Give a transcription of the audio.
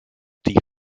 die